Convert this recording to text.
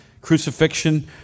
crucifixion